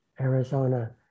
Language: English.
Arizona